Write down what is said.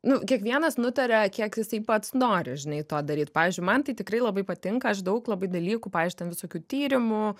nu kiekvienas nutaria kiek jisai pats nori žinai to daryt pavyzdžiui man tai tikrai labai patinka aš daug labai dalykų pavyzdžiui ten visokių tyrimų